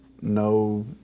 no